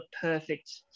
perfect